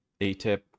ATIP